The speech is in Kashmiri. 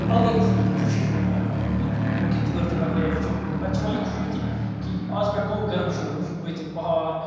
اَلگٕے خوشی چھِ یِوان مٲنٛۍ ہوٚکیاہ تۭر تہِ مۄکلے وٕچھِ پَتہٕ چھِ یِوان یہِ خوشی تہِ کہِ آز پیٚٹھ گوٚو گرم شروٗع وَ چھُ بٕتھِ بَہار